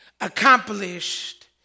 accomplished